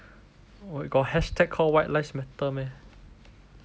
wait got hashtag called white lives matter meh